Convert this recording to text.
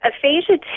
Aphasia